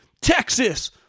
Texas